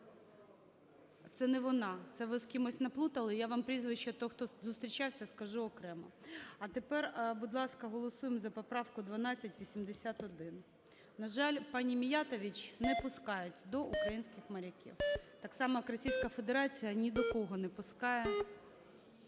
Це не вона, це ви з кимось наплутали, я вам прізвище того, хто зустрічався, скажу окремо. А тепер, будь ласка, голосуємо за поправку 1281. На жаль, пані Міятович не пускають до українських моряків, так само як Російська Федерація ні до кого не пускає